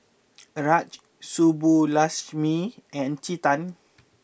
Raj Subbulakshmi and Chetan